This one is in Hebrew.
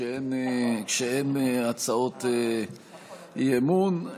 כשאין הצעות אי-אמון,